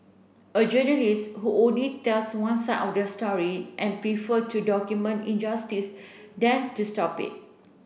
a journalist who only tells one side of the story and prefer to document injustice than to stop it